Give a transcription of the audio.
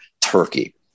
Turkey